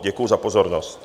Děkuji za pozornost.